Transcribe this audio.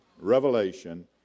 revelation